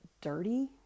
dirty